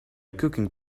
cooking